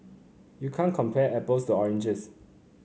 you can't compare apples to oranges